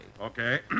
Okay